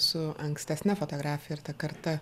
su ankstesne fotografija ir ta karta